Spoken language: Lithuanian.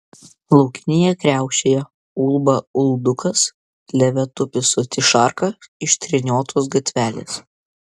laukinėje kriaušėje ulba uldukas kleve tupi soti šarka iš treniotos gatvelės